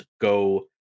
go